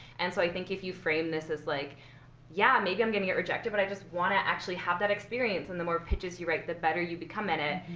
and so i think if you frame this as like yeah, maybe i'm going to get rejected, but i just want to actually have that experience. and the more pitches you write, the better you become at it.